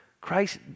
Christ